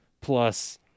plus